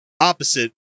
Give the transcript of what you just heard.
opposite